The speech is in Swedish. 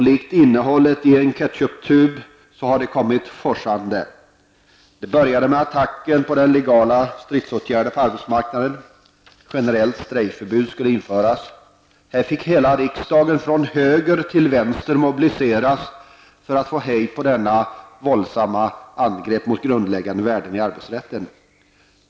Likt innehållet i en ketchuptub har det kommit forsande. Det började med attacken mot legala stridsåtgärder på arbetsmarknaden. Generellt strejkförbud skulle införas. Här fick hela riksdagen från höger till vänster mobiliseras för att få hejd på detta våldsamma angrepp mot grundläggande värden i arbetsrätten.